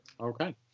Okay